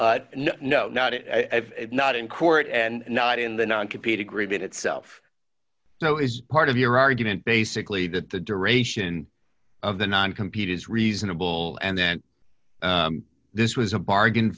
period no not it not in court and not in the non compete agreement itself no is part of your argument basically that the duration of the non computer is reasonable and that this was a bargain